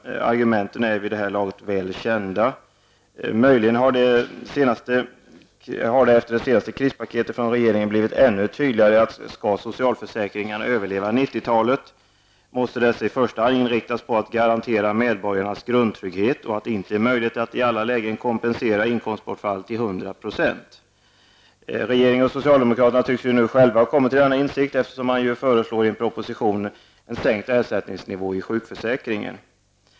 Argumenten är vid det här laget väl kända. Möjligen har det efter det senaste krispaketet från regeringen blivit ännu tydligare, att skall socialförsäkringar överleva 90-talet, måste dessa i första hand inriktas på att garantera medborgarna grundtrygghet och på att det inte är möjligt att i alla lägen kompensera inkomstbortfall till hundra procent. Regeringen och socialdemokraterna tycks nu själva ha kommit till denna insikt, eftersom de nu föreslår en sänkning av ersättningsnivån i sjukförsäkringen.